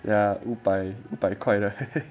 ya 五百五百块的